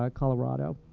ah colorado.